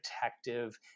protective